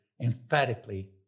emphatically